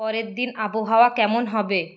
পরের দিন আবহাওয়া কেমন হবে